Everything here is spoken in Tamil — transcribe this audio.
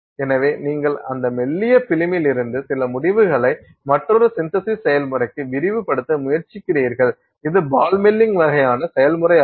எனவே நீங்கள் அந்த மெல்லிய பிலிமிலிருந்து சில முடிவுகளை மற்றொரு சின்தசிஸ் செயல்முறைக்கு விரிவுபடுத்த முயற்சிக்கிறீர்கள் இது பால் மில்லிங் வகையான செயல்முறையாகும்